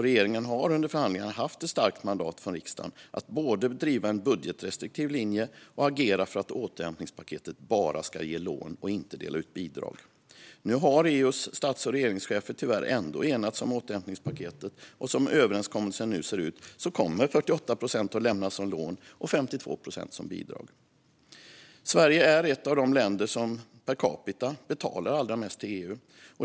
Regeringen har under förhandlingarna haft ett starkt mandat från riksdagen att både driva en budgetrestriktiv linje och agera för att återhämtningspaketet bara ska ge lån och inte dela ut bidrag. Nu har EU:s stats och regeringschefer tyvärr ändå enats om återhämtningspaketet. Som överenskommelsen nu ser ut kommer 48 procent att lämnas som lån och 52 procent som bidrag. Sverige är ett av de länder som per capita betalar allra mest till EU.